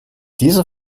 diese